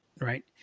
right